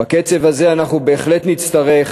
בקצב הזה אנחנו בהחלט נצטרך